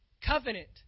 Covenant